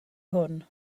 hwn